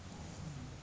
mm